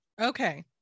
Okay